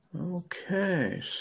Okay